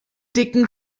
dicken